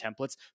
templates